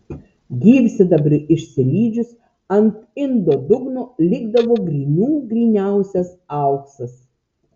gyvsidabriui išsilydžius ant indo dugno likdavo grynų gryniausias auksas